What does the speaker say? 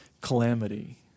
calamity